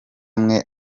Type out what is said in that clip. umwe